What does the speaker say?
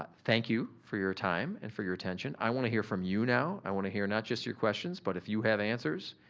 ah thank you for your time and for your attention. i wanna hear from you now. i wanna hear not just your questions but if you have answers,